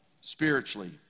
spiritually